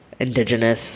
indigenous